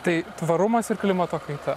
tai tvarumas ir klimato kaita